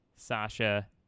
Sasha